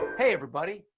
hey, everybody.